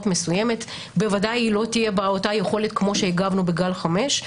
מסוימת ודאי לא תהיה בה אותה יכולת כפי שהגבנו בגל 5,